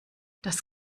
das